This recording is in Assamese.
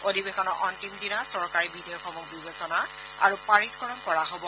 অধিৱেশনৰ অন্তিম দিনা চৰকাৰী বিধেয়কসমূহ বিবেচনা আৰু পাৰিতকৰণ কৰা হব